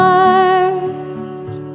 Heart